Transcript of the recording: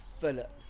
Philip